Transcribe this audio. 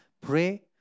Pray